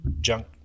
junk